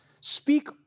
speak